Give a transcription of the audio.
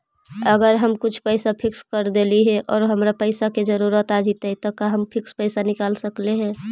अगर हम कुछ पैसा फिक्स कर देली हे और हमरा पैसा के जरुरत आ जितै त का हमरा फिक्स पैसबा मिल सकले हे?